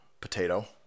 potato